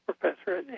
professor